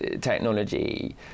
technology